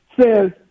says